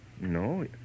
No